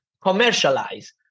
commercialize